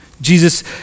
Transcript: Jesus